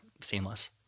seamless